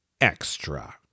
Extra